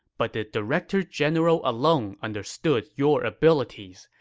but the director general alone understood your abilities,